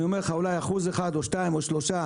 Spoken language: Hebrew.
אני אומר לך ,אולי אחוז אחד או שניים או שלושה